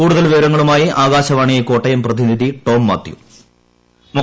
കൂടുതൽ വിവരങ്ങളുമായി ആകാശവാണി കോട്ടയം പ്രതിനിധി ടോം മാത്യു വോയിസ്